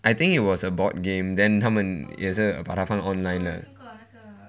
I think it was a board game then 他们也是把他放 online 了